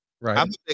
right